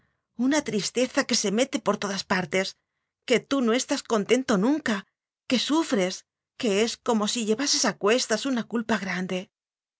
una tristeza que se mete por todas partes que tú no estás contento nunca que sufres que es como si llevases a cuestas una culpa gran